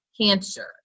cancer